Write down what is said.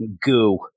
goo